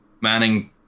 Manning